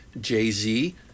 Jay-Z